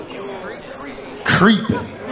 Creeping